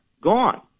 gone